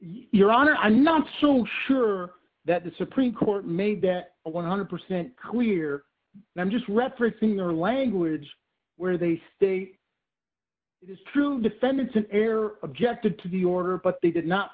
your honor i'm not so sure that the supreme court made that one hundred percent clear and i'm just referencing the language where the state true descendants an heir objected to the order but they did not